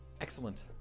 excellent